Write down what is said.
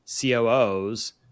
COOs